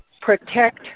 protect